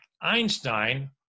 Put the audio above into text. Einstein